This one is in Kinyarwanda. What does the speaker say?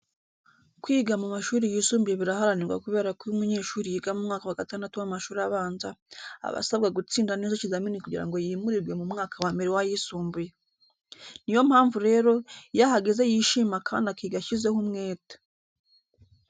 Kwiga mu mashuri yisumbuye biraharanirwa kubera ko iyo umunyeshuri yiga mu mwaka wa gatandatu w'amashuri abanza, aba asabwa gutsinda neza ikizamini kugira ngo yimurirwe mu mwaka wa mbere w'ayisumbuye. Ni yo mpamvu rero, iyo ahageze yishima kandi akiga ashyizeho umwete.